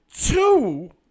Two